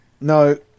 no